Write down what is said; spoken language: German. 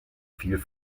viel